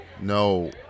No